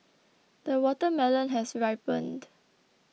the watermelon has ripened